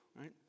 right